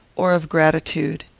or of gratitude.